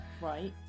Right